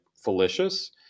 fallacious